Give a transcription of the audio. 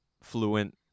fluent